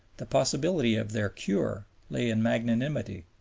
the possibility of their cure lay in magnanimity.